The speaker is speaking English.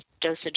dosage